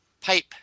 pipe